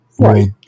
Right